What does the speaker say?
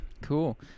Cool